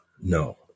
no